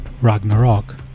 Ragnarok